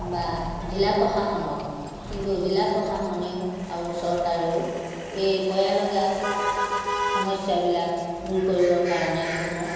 বা জিলা প্ৰশাসনক কিন্তু জিলা প্ৰশাসনেও আৰু চৰকাৰেও এই পয়ালগা সমস্যাবিলাক দূৰ কৰিবৰ কাৰণে কোনো